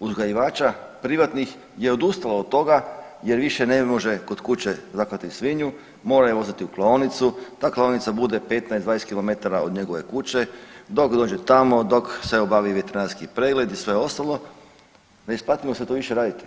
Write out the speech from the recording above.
uzgajivača privatnih je odustalo od toga jer više ne može kod kuće zaklati svinju, mora je voziti u klaonicu, ta klaonica bude 15, 20km od njegove kuće, dok dođe tamo, dok se obavi veterinarski pregled i sve ostalo, ne isplati mu se to više raditi.